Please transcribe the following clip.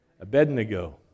Abednego